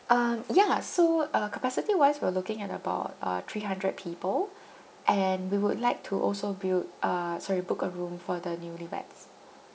um yeah so uh capacity wise we're looking at about uh three hundred people and we would like to also build a sorry book a room for the newlyweds